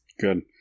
Good